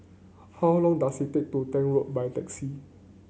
how long does it take to Tank Road by taxi